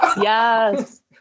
Yes